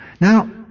Now